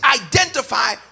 identify